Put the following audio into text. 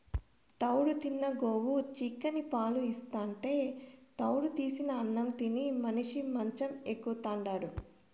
తౌడు తిన్న గోవు చిక్కని పాలు ఇస్తాంటే తౌడు తీసిన అన్నం తిని మనిషి మంచం ఎక్కుతాండాడు